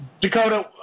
Dakota